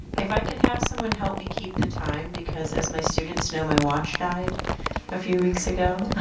if i could have someone help me keep the time because as my students know my watch died a few weeks ago